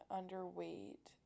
underweight